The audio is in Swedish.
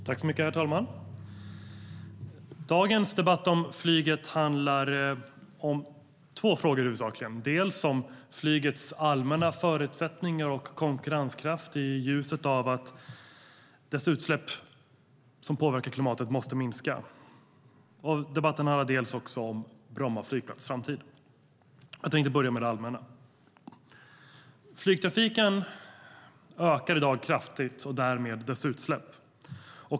Herr talman! Dagens debatt om flyget handlar huvudsakligen om två frågor, dels flygets allmänna förutsättningar och konkurrenskraft i ljuset av att dess utsläpp som påverkar klimatet måste minska, dels Bromma flygplats framtid. Jag tänkte börja med det allmänna. Flygtrafiken ökar i dag kraftigt och därmed dess utsläpp.